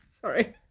Sorry